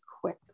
quick